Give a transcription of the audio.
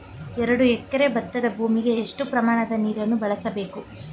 ಎರಡು ಎಕರೆ ಭತ್ತದ ಭೂಮಿಗೆ ಎಷ್ಟು ಪ್ರಮಾಣದ ನೀರನ್ನು ಬಳಸಬೇಕು?